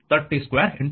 ಆದ್ದರಿಂದ 302 0